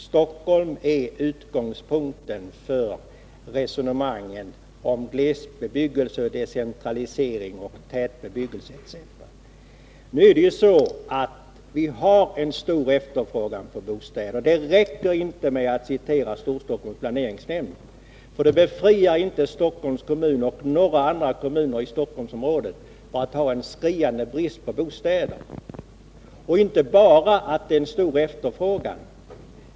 Stockholm är utgångspunkten för resonemangen om glesbebyggelse, decentralisering osv. Faktum är att vi har i Stockholmsområdet en stor efterfrågan på bostäder. Det räcker inte med att citera Storstockholms planeringsnämnd. Det befriar inte Stockholms kommun och några andra kommuner i Stockholmsområdet från en skriande brist på bostäder. Och det är inte bara fråga om en stor efterfrågan.